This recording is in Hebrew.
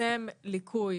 לפרסם ליקוי